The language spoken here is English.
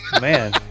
Man